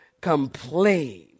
complain